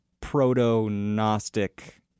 proto-Gnostic